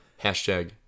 hashtag